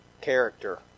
character